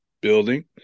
building